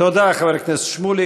תודה, חבר הכנסת שמולי.